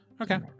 Okay